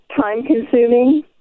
time-consuming